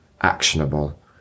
actionable